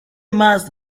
más